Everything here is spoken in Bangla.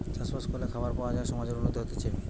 চাষ বাস করলে খাবার পাওয়া যায় সমাজের উন্নতি হতিছে